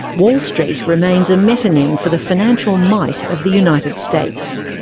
wall street remains a metonym for the financial might of the united states.